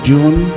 June